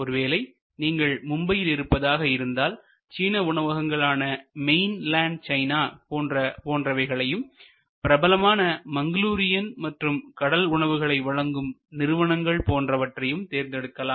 ஒருவேளை நீங்கள் மும்பையில் இருப்பதாக இருந்தால் சீன உணவகங்கள் ஆன மெயின் லேண்ட் சைனா போன்றவைகளையும் பிரபலமான மங்களூரியன் மற்றும் கடல் உணவுகளை வழங்கும் நிறுவனங்கள் போன்றவற்றையும் தேர்ந்தெடுக்கலாம்